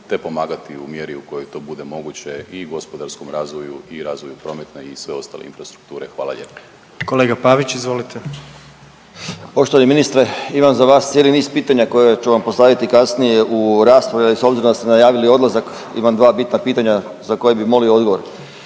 te pomagati u mjeri u kojoj to bude moguće i gospodarskom razvoju i razvoju prometne i sve ostale infrastrukture. Hvala lijepo. **Jandroković, Gordan (HDZ)** Kolega Pavić, izvolite. **Pavić, Željko (Socijaldemokrati)** Poštovani ministre imam za vas cijeli niz pitanja koje ću vam postaviti kasnije u raspravi s obzirom da ste najavili odlazak imam dva bitna pitanja za koje bih molio odgovor.